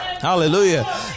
Hallelujah